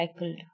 recycled